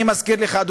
אני מזכיר לכם,